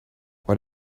what